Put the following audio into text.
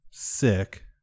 Sick